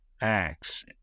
acts